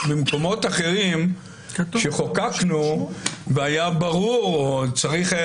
במקומות אחרים שחוקקנו והיה ברור או צריך היה